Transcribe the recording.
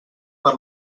per